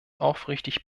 aufrichtig